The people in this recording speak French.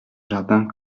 jardin